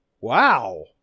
Wow